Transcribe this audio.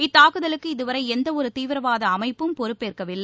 இத்தாக்குதலுக்கு இதுவரை எந்த ஒரு தீவிரவாத அமைப்பும் பொறுப்பேற்கவில்லை